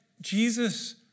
Jesus